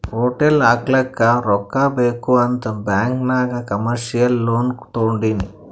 hotel ಹಾಕ್ಲಕ್ ರೊಕ್ಕಾ ಬೇಕ್ ಅಂತ್ ಬ್ಯಾಂಕ್ ನಾಗ್ ಕಮರ್ಶಿಯಲ್ ಲೋನ್ ತೊಂಡಿನಿ